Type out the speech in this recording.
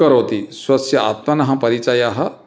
करोति स्वस्य आत्मनः परिचयः